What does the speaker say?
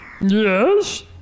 Yes